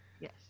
Yes